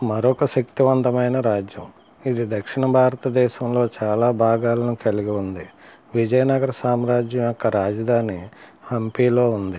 మరొక శక్తివంతమైన రాజ్యం ఇది దక్షిణ భారతదేశంలో చాలా భాగాలను కలిగి ఉంది విజయనగర సామ్రాజ్యం యొక్క రాజధాని హంపీలో ఉంది